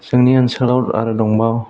जोंनि ओनसोलाव आरो दंबावो